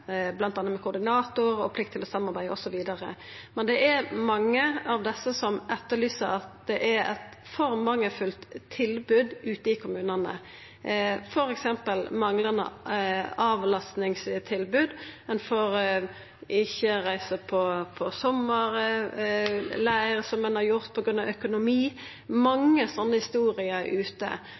med koordinator og plikt til å samarbeida. Men det er mange av desse som melder at det er eit for mangelfullt tilbod ute i kommunane, f.eks. manglande avlastningstilbod, ein får ikkje reisa på sommarleir, som ein har gjort, på grunn av økonomi. Det er mange slike historier der ute.